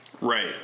Right